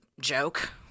joke